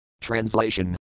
Translation